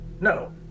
No